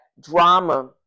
drama